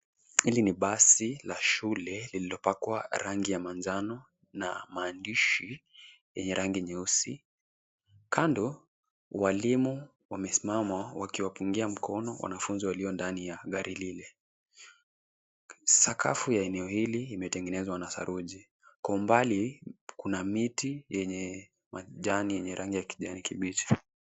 Hili ni basi la shule lililopakwa rangi ya manjano na maandishi yenye rangi nyeusi. Kando walimu wamesimama wakiwapungia mikono wanafunzi walio ndani ya gari lile. Sakafu ya eneo hili imetengenezwa na sabuni. Kwa umbali kuna miti yenye majani yenye rangi ya kijani kibichi.